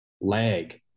lag